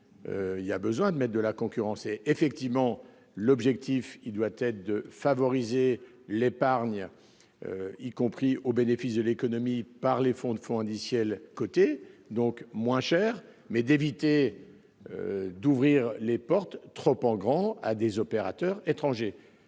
Il y a besoin de mettre de la concurrence et effectivement l'objectif il doit être de favoriser l'épargne. Y compris au bénéfice de l'économie par les fonds de fonds indiciels côtés donc moins cher mais d'éviter. D'ouvrir les portes trop en grand à des opérateurs étrangers.